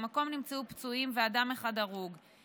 במקום נמצאו פצועים ואדם אחד הרוג.